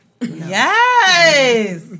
yes